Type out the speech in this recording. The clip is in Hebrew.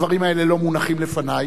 הדברים האלה לא מונחים לפני.